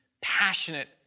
passionate